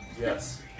yes